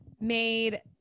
made